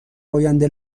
آینده